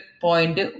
point